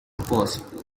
possible